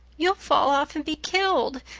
you'll fall off and be killed.